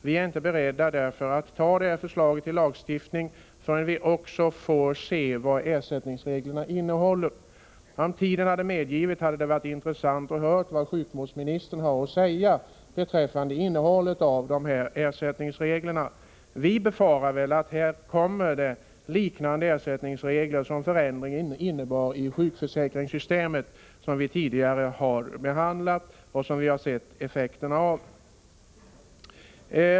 Vi är därför inte beredda att godta förslaget till lagstiftning förrän vi också får se vad ersättningsreglerna innehåller. Om tiden hade medgivit, hade det varit intressant att höra vad sjukvårdsministern har att säga beträffande innehållet i ersättningsreglerna. Vi befarar att det kommer att bli ersättningsregler liknande dem i sjukförsäkringssystemet, som riksdagen tidigare har behandlat och som vi sett effekterna av.